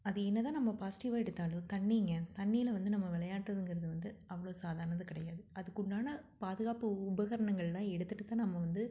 அது என்ன தான் நம்ம பாசிட்டிவாக எடுத்தாலும் தண்ணிங்க தண்ணியில் வந்து நம்ம விளையாட்டுங்கிறது வந்து அவ்வளோ சாதாரணது கிடையாது அதுக்குண்டான பாதுகாப்பு உபகரணங்கள்லாம் எடுத்துட்டு தான் நம்ம வந்து